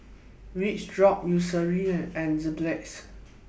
Vachodrops Eucerin and Enzyplex